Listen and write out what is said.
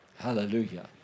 Hallelujah